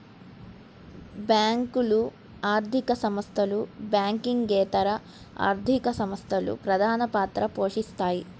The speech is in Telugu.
బ్యేంకులు, ఆర్థిక సంస్థలు, బ్యాంకింగేతర ఆర్థిక సంస్థలు ప్రధానపాత్ర పోషిత్తాయి